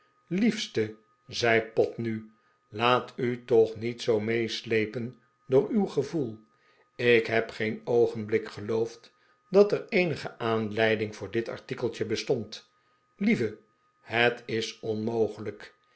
te zei pott nu laat u toch niet zoo meesleepen door uw gevoel ik heb geen oogenblik geloofd dat er eenige aanleiding voor dit artikeltje bestond tm lieve het is onmogelijk